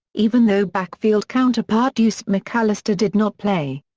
even though backfield counterpart deuce mcallister did not play.